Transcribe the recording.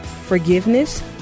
forgiveness